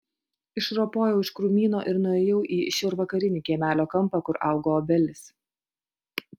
išropojau iš krūmyno ir nuėjau į šiaurvakarinį kiemelio kampą kur augo obelis